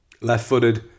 Left-footed